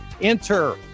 enter